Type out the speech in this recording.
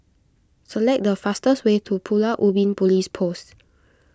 select the fastest way to Pulau Ubin Police Post